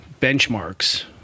benchmarks